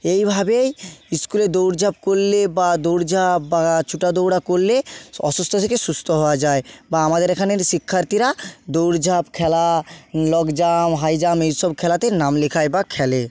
এইভাবেই স্কুলে দৌড় ঝাঁপ করলে বা দৌড় ঝাঁপ বা ছুটা দৌড়া করলে অসুস্থ থেকে সুস্থ হওয়া যায় বা আমাদের এখানে যে শিক্ষার্থীরা দৌড় ঝাঁপ খেলা লং জাম্প হাই জাম্প এইসব খেলাতে নাম লেখায় বা খেলে